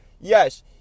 yes